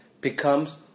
becomes